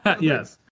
Yes